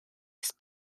jest